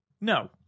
No